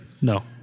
No